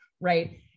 right